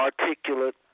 Articulate